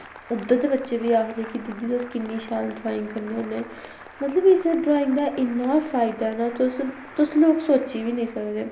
उद्धर दे बच्चे बी आखदे कि दीदी तुस किन्नी शैल ड्राइंग करने होन्नें मतलब इस ड्राइंग दा इन्ना फायदा ऐ ना तुस तुस लोग सोच्ची बी निं सकदे